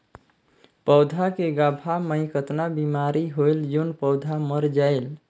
पौधा के गाभा मै कतना बिमारी होयल जोन पौधा मर जायेल?